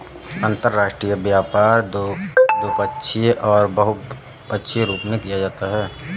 अंतर्राष्ट्रीय व्यापार द्विपक्षीय और बहुपक्षीय रूप में किया जाता है